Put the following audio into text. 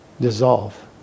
dissolve